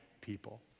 people